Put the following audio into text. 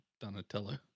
donatello